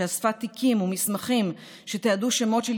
כשאספה תיקים ומסמכים שתיעדו שמות של